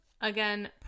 Again